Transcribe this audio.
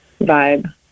vibe